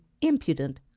impudent